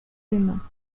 humain